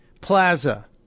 Plaza